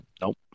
Nope